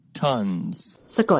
Tons